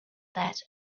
that